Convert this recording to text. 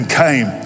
came